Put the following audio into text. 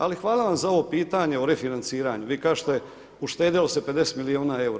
Ali hvala vam za ovo pitanje o refinanciranju, vi kažete uštedjelo se 50 milijuna eura.